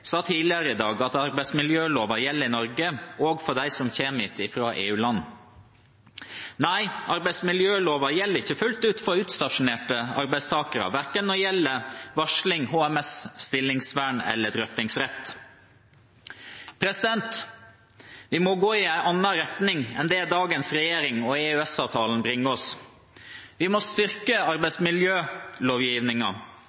sa tidligere i dag at arbeidsmiljøloven gjelder i Norge, også for dem som kommer hit fra EU-land. Nei, arbeidsmiljøloven gjelder ikke fullt ut for utstasjonerte arbeidstakere, verken når det gjelder varsling, HMS, stillingsvern eller drøftingsrett. Vi må gå i en annen retning enn dit dagens regjering og EØS-avtalen bringer oss. Vi må styrke